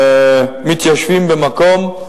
מתיישבים במקום,